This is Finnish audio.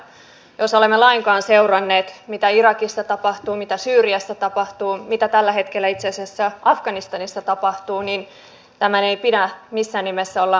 jos olemme lainkaan seuranneet mitä irakissa tapahtuu mitä syyriassa tapahtuu mitä tällä hetkellä itse asiassa afganistanissa tapahtuu niin tämän ei pidä missään nimessä olla yllättävää